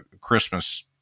Christmas